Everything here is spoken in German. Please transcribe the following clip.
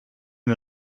wir